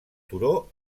turó